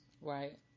Right